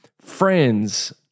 friends